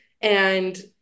and-